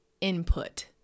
input